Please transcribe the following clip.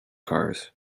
cars